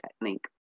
technique